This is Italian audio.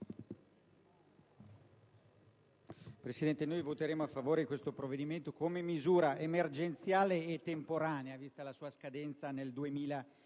Presidente, noi voteremo a favore di questo provvedimento come misura emergenziale e temporanea, vista la sua scadenza nel 2013,